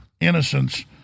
innocence